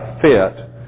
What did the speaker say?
fit